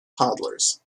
toddlers